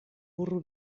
burro